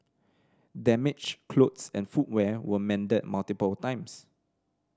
damaged clothes and footwear were mended multiple times